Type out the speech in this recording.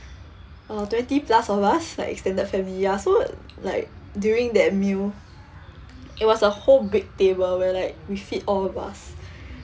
uh twenty plus of us like a standard family ya so like during that meal it was a whole big table where like we fit all of us